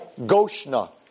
goshna